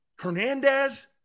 Hernandez